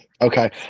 okay